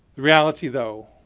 reality, though,